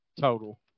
total